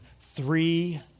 three